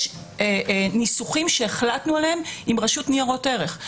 יש ניסוחים שהחלטנו עליהם עם רשות ניירות ערך.